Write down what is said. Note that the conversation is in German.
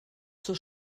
zur